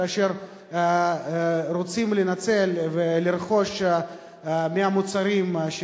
כאשר הם רוצים לנצל ולרכוש מהמוצרים של